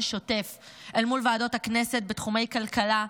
שוטף מול ועדות הכנסת בתחומי כלכלה,